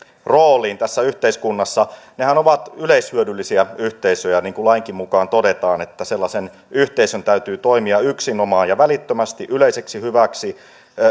rooliin tässä yhteiskunnassa nehän ovat yleishyödyllisiä yhteisöjä ja lainkin mukaan sellaisen yhteisön täytyy toimia yksinomaan ja välittömästi yleiseksi hyväksi